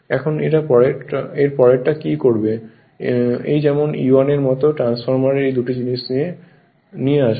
এখন এর পরেরটা কি করবে এই যেমন E1 এর মত ট্রান্সফরমার এই দুটি জিনিস এই দিকে নিয়ে আসবে